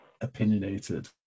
opinionated